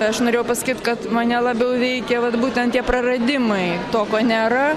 aš norėjau pasakyt kad mane labiau veikė vat būtent tie praradimai to ko nėra